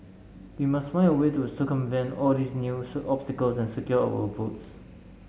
we must find a way to circumvent all these new obstacles and secure our votes